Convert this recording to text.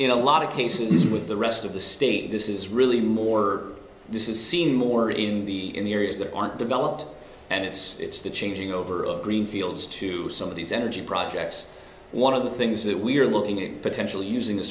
in a lot of cases with the rest of the state this is really more this is seen more in the in the areas that aren't developed and it's it's the changing over of green fields to some of these energy projects one of the things that we're looking at potentially using